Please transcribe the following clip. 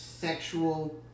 sexual